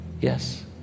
Yes